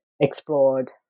explored